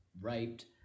raped